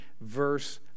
verse